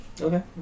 okay